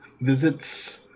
visits